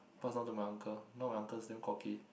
passed on to my uncle now my uncle is damn cocky